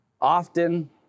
often